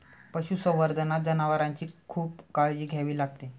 पशुसंवर्धनात जनावरांची खूप काळजी घ्यावी लागते